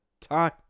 time